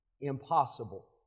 impossible